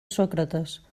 sòcrates